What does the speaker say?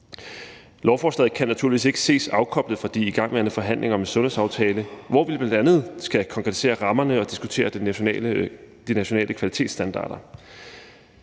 Lovforslaget kan naturligvis ikke ses afkoblet fra de igangværende forhandlinger om en sundhedsaftale, hvor vi bl.a. skal konkretisere rammerne og diskutere de nationale kvalitetsstandarder,